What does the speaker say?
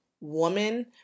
woman